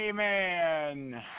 Amen